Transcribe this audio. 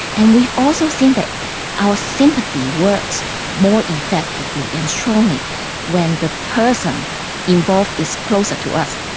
and we also seen that our sympathy works more effectively and strongly when the person involved is closer to us.